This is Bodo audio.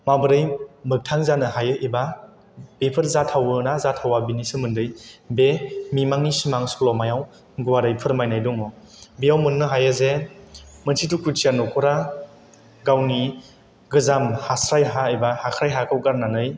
माबोरै मोग्थां जानो हायो एबा बेफोर जाथावो ना जाथावा बिनि सोमोन्दै बे मिमांनि सिमां सल'मायाव गुवारै फोरमायनाय दङ बेयाव मोननो हायो जे मोनसे दुखुथिया न'खरा गावनि गोजाम हास्राय एबा हाख्राय हाखौ गारनानै